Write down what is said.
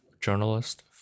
journalist